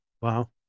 Wow